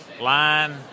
line